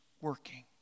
working